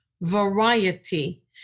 variety